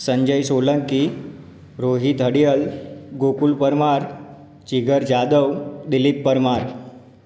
Sanjay Solanki Rohit Adiyal Gokul Parmar Jigar Jadav Dilip Parmar